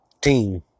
team